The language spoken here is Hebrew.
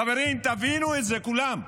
חברים, תבינו את זה כולם.